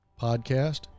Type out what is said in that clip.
podcast